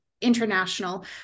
international